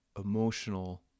emotional